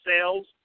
sales